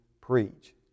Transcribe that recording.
preach